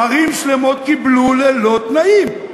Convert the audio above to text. ערים שלמות קיבלו ללא תנאים.